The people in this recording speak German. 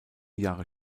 jahre